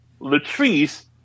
Latrice